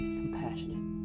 compassionate